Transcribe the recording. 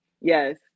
Yes